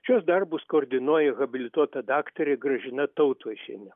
šiuos darbus koordinuoja habilituota daktarė gražina tautvaišienė